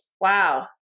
wow